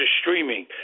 streaming